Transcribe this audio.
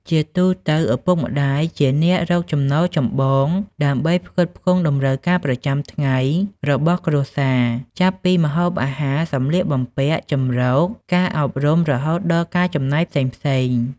ជាទូទៅ ឪពុកម្ដាយជាអ្នករកចំណូលចម្បង ដើម្បីផ្គត់ផ្គង់តម្រូវការប្រចាំថ្ងៃរបស់គ្រួសារ ចាប់ពីម្ហូបអាហារ សម្លៀកបំពាក់ ជម្រក ការអប់រំ រហូតដល់ការចំណាយផ្សេងៗ។